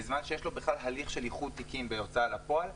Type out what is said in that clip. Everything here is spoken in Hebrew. בזמן שיש בכלל הליך של איחוד תיקים בהוצאה לפועל,